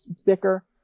thicker